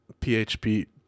php